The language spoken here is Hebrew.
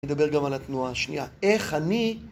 נדבר גם על התנועה השנייה. איך אני...